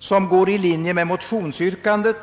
står i överensstämmelse med motionsyrkandet.